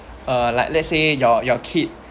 uh like let's say your your kid